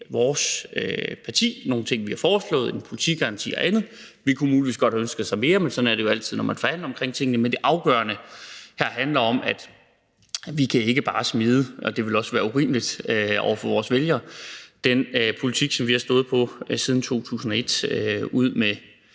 vores parti. Der er nogle ting, vi har foreslået: En politigaranti og andet. Vi kunne muligvis godt have ønsket os mere, men sådan er det jo altid, når man forhandler om tingene. Det afgørende her handler om, at vi ikke bare kan smide den politik, som vi har stået på siden 2001, ud med